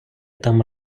там